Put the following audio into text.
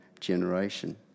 generation